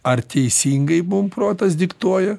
ar teisingai mum protas diktuoja